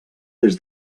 des